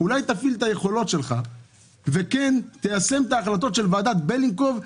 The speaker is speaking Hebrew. אולי תפעיל את היכולות שלך ותיישם את ההחלטות של ועדת בלינקוב,